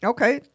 Okay